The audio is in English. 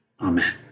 amen